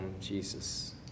Jesus